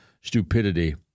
stupidity